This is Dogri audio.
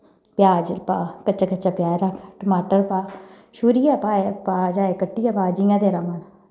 प्याज पा कच्चा कच्चा प्याज रक्ख टमाटर पा शूरियै पा जां इक कट्टियै पा तेरा मन